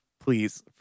Please